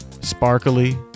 sparkly